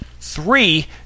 Three